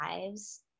lives